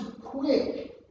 quick